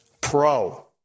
Pro